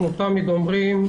אנחנו תמיד אומרים: